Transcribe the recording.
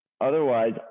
otherwise